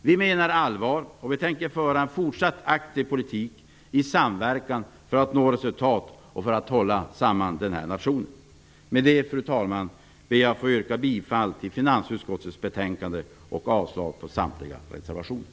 Vi menar allvar och vi tänker föra en fortsatt aktiv politik i samverkan för att nå resultat och för att hålla samman nationen. Fru talman! Med det anförda vill jag yrka bifall till hemställan i finansutskottets betänkande och avslag på samtliga reservationer.